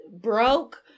broke